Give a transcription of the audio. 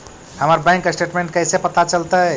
हमर bank statement कैसे पता चलतै?